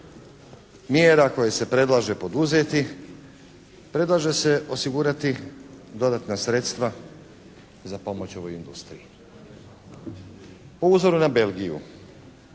mjera koje se predlaže poduzeti, predlaže se osigurati dodatna sredstva za pomoć ovoj industriji po uzoru na Belgiju.